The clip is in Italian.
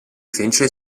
fece